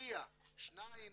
נהריה שניים